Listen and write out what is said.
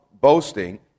boasting